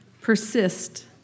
Persist